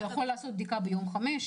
והוא יכול לעשות בדיקה ביום החמישי,